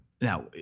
Now